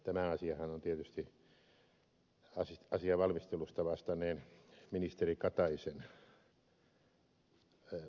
tämä asiahan on tietysti asian valmistelusta vastanneen ministeri kataisen hallinnonalaa